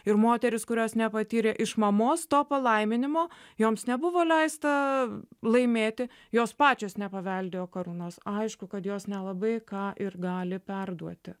ir moterys kurios nepatyrė iš mamos to palaiminimo joms nebuvo leista laimėti jos pačios nepaveldėjo karūnos aišku kad jos nelabai ką ir gali perduoti